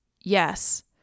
Yes